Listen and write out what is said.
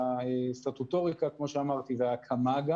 הסטטוטוריקה וההקמה.